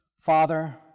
Father